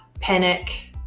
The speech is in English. panic